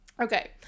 okay